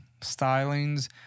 stylings